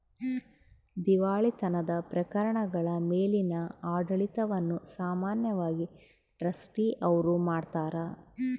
ದಿವಾಳಿತನದ ಪ್ರಕರಣಗಳ ಮೇಲಿನ ಆಡಳಿತವನ್ನು ಸಾಮಾನ್ಯವಾಗಿ ಟ್ರಸ್ಟಿ ಅವ್ರು ಮಾಡ್ತಾರ